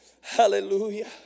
hallelujah